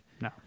No